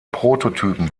prototypen